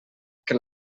que